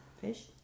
Fish